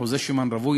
אחוזי שומן רווי,